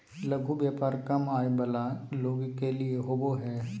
लघु व्यापार कम आय वला लोग के लिए होबो हइ